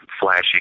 flashy